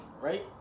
right